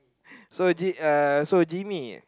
so ji~ uh so Jimmy